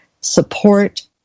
support